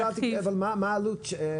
לא, אני שאלתי, אבל מה העלות השולית?